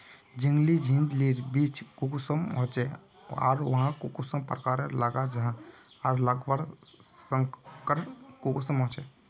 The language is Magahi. झिंगली झिंग लिर बीज कुंसम होचे आर वाहक कुंसम प्रकारेर लगा जाहा आर लगवार संगकर कुंसम होचे?